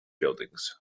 buildings